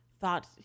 thought